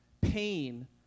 pain